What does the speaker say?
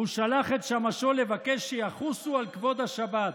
והוא שלח את שמשו לבקש שיחוסו על כבוד השבת.